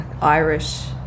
Irish